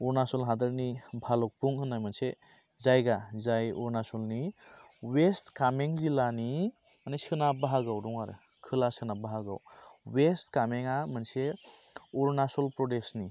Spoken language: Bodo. अरुणाचल हादोरनि भालुगफुं होननाय मोनसे जायगा जाय अरुणाचलनि वेस्ट कामिं जिल्लानि मानि सोनाब बाहगोआव दं आरो खोला सोनाब बाहागोआव वेस्ट कामेंआ मोनसे अरुणाचल प्रदेशनि